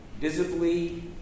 visibly